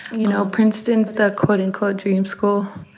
you know, princeton's the, quote, unquote, dream school.